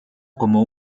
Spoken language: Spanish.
como